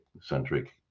centric